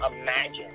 imagine